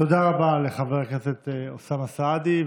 תודה רבה לחבר הכנסת אוסאמה סעדי,